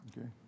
Okay